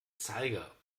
zeiger